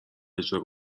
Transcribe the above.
اجرا